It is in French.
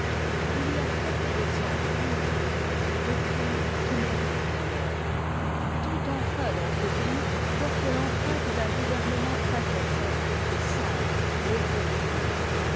i y a très-peu d'exemples en autriche de crimes qui méritent la mort tout enfin dans ce pays porte l'empreinte d'un gouvernement paternel sage et religieux